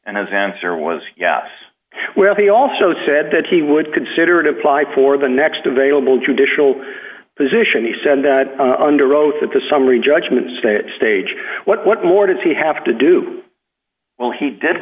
and his answer was yes well he also said that he would consider to apply for the next available judicial position he said that under oath at the summary judgment stage what more does he have to do well he did